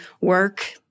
work